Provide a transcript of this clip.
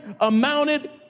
amounted